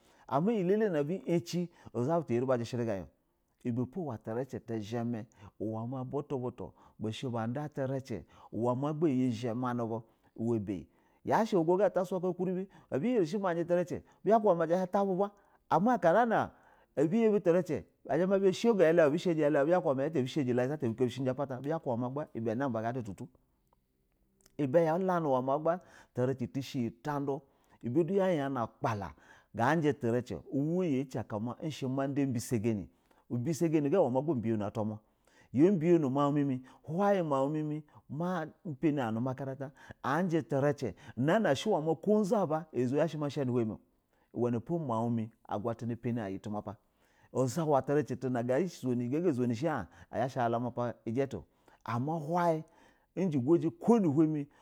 Ama iyi elele na abu yaci za sab utu arɛ ba jisha rɛ ga in ibɛ pot u ricɛ tizhɛ mɛ ma butu butu, bushɛ ba da tricɛ uwa ma iyi zhɛ ma mɛ bu a oto ga ata suko ukure bɛ bɛzha shɛ ma jitrɛ ci a zha ma bu hin ta bubu abu yabi tricɛ a zha ma bu hin shano yala bizha ba kuba ma yalata a bu shani la jita ata a bu kapishɛjɛ ibɛ tana ba ga ta tutu, ibɛ yalanɛ wamagba tricɛ ti shɛ iyɛ tandu ibɛ du ya yanɛ akpa la ga jitirice uwa ya ci akana ga shɛe ma da ubɛ sa ganɛ ibi sa ganɛ ga uwɛ sa ganɛ ibi sa ganɛ ga uwɛ ma bɛyano atwa ma, ya biyano mau mɛmɛ, hoin ipanɛ in numa karata a jin tiricɛ. Ko haw ka zasa ba a zuya zha shɛ ma sha nu hin mɛ uwɛ na po mau mɛ agwatana pani a iyɛ tuma pa uzawa tiricɛ tu na gaga zunɛ shɛ in a zha shɛ a la ujala ma houi ko ni hen mɛ.